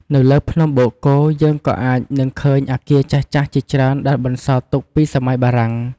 នៅលើភ្នំបូកគោ យើងក៏អាចនឹងឃើញអគារចាស់ៗជាច្រើនដែលបន្សល់ទុកពីសម័យបារាំង។